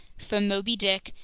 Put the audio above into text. from moby dick,